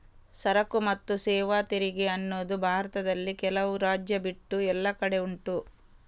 ಸರಕು ಮತ್ತು ಸೇವಾ ತೆರಿಗೆ ಅನ್ನುದು ಭಾರತದಲ್ಲಿ ಕೆಲವು ರಾಜ್ಯ ಬಿಟ್ಟು ಎಲ್ಲ ಕಡೆ ಉಂಟು